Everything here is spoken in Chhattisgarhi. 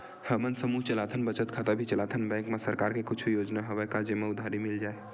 हमन समूह चलाथन बचत खाता भी चलाथन बैंक मा सरकार के कुछ योजना हवय का जेमा उधारी मिल जाय?